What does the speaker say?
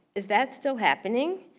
is that still happening?